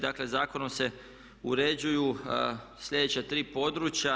Dakle, zakonom se uređuju sljedeća tri područja.